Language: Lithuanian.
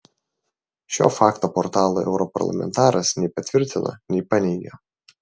šio fakto portalui europarlamentaras nei patvirtino nei paneigė